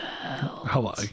Hello